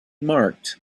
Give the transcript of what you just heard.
marked